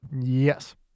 yes